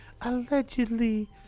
Allegedly